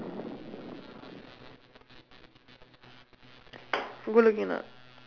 உங்களுக்கு என்னா:ungkalukku ennaa